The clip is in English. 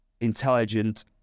intelligent